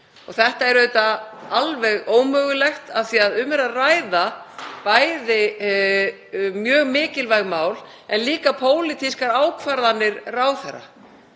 Þetta er auðvitað alveg ómögulegt af því að um er að ræða mjög mikilvæg mál en líka pólitískar ákvarðanir ráðherra